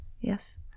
Yes